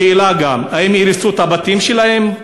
השאלה גם, האם יהרסו את הבתים שלהם?